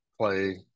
play